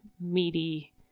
meaty